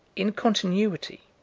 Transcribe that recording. in continuity,